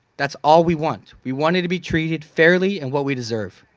that's all we want. we wanted to be treated fairly and what we deserve.